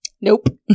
nope